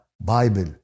Bible